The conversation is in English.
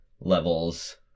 levels